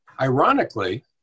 Ironically